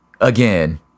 Again